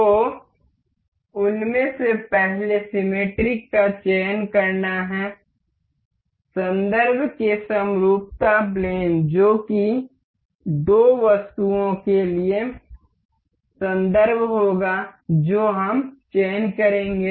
तो उनमें से पहले सिमेट्रिक का चयन करना है संदर्भ के समरूपता प्लेन जो कि दो वस्तुओं के लिए संदर्भ होगा जो हम चयन करेंगे